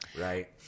right